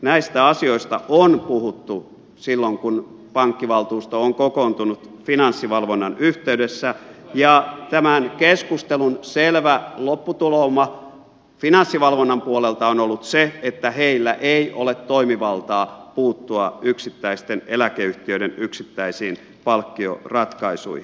näistä asioista on puhuttu silloin kun pankkivaltuusto on kokoontunut finanssivalvonnan yhteydessä ja tämän keskustelun selvä lopputulema finanssivalvonnan puolelta on ollut se että heillä ei ole toimivaltaa puuttua yksittäisten eläkeyhtiöiden yksittäisiin palkkioratkaisuihin